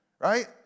right